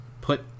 put